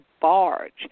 barge